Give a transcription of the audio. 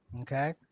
Okay